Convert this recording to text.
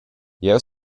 jeu